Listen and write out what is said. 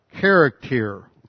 character